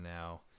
now